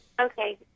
Okay